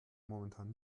momentan